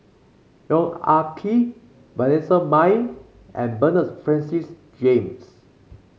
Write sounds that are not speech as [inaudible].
Yong Ah Kee Vanessa Mae and Bernard [unintelligible] Francis James